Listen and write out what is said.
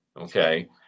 Okay